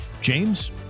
James